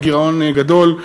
של גירעון גדול.